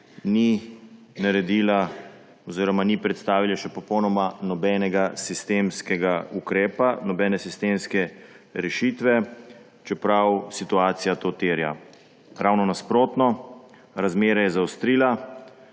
ni naredila oziroma ni predstavila še popolnoma nobenega sistemskega ukrepa, nobene sistemske rešitve, čeprav situacija to terja. Ravno nasprotno, razmere je zaostrila.